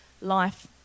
life